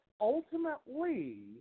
Ultimately